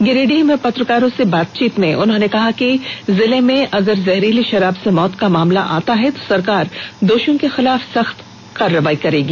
गिरिडीह में पत्रकारों से बातचीत करते हुए उन्होंने कहा कि गिरिडीह जिले में अगर जहरीली शराब से मौत का मामला आता है तो सरकार दोषियों के खिलाफ सख्त कदम उठाएगी